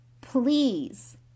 Please